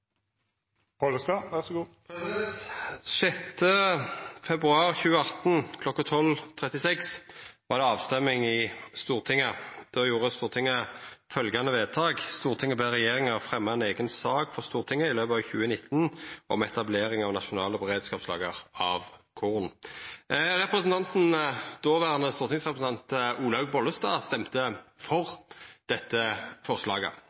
februar 2018 kl. 12.36 var det avstemming i Stortinget. Då gjorde Stortinget følgjande vedtak: «Stortinget ber regjeringen fremme en egen sak for Stortinget i løpet av 2019 om etablering av nasjonale beredskapslagre av korn.» Dåverande stortingsrepresentant Olaug Bollestad stemte for dette forslaget.